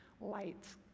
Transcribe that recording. lights